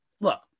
look